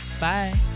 bye